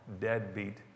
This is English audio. deadbeat